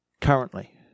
currently